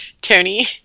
Tony